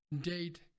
date